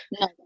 no